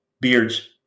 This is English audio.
beards